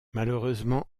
malheureusement